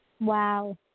Wow